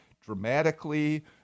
dramatically